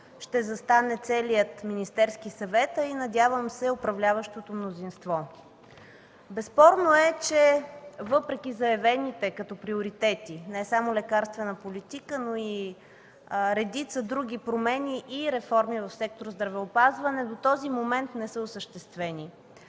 ще застане целият Министерски съвет, а, надявам се, и управляващото мнозинство. Безспорно е, че въпреки заявените като приоритети не само лекарствена политика, но и редица други промени и реформи в сектор „Здравеопазване”, до този момент не са осъществени.